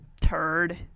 turd